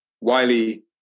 Wiley